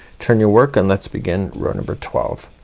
turn your work and let's begin row number twelve.